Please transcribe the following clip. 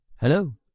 Hello